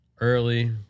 early